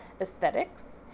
aesthetics